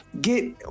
get